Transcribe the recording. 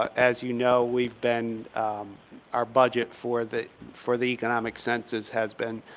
as you know, we've been our budget for the for the economic census has been,